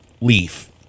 leaf